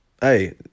Hey